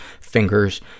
fingers